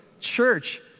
church